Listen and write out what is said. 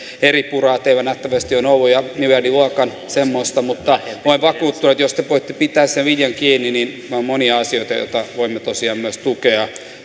eripuraa teillä nähtävästi on ollut ja miljardiluokan semmoista mutta olen vakuuttunut että jos te voitte pitää siitä linjasta kiinni niin on monia asioita joita voimme tosiaan myös tukea